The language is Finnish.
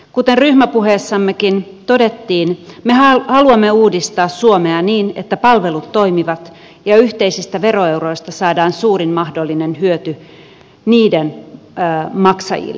kuten ryhmäpuheessammekin todettiin me haluamme uudistaa suomea niin että palvelut toimivat ja yhteisistä veroeuroista saadaan suurin mahdollinen hyöty niiden maksajille